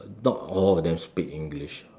not all of them speak English